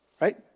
right